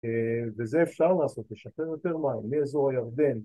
‫וזה אפשר לעשות, ‫לשפר יותר מים מאזור ירדן.